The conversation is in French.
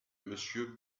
monsieur